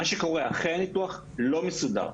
מה שקורה אחרי הניתוח לא מסודר.